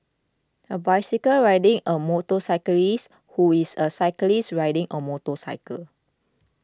a bicycle riding a motorcyclist who is a cyclist riding a motorcycle